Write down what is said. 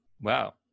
wow